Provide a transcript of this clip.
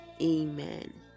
amen